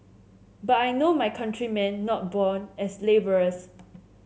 but I know my countrymen not born as labourers